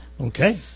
Okay